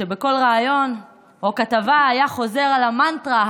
שבכל ריאיון או כתבה היה חוזר על המנטרה,